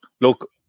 look